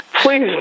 Please